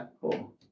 cool